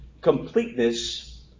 completeness